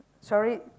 sorry